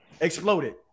exploded